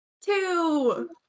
Two